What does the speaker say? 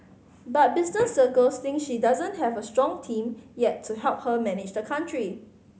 but business circles think she doesn't have a strong team yet to help her manage the country